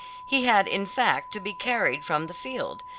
he had in fact to be carried from the field,